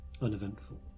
uneventful